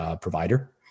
provider